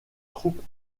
troupes